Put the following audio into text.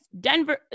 Denver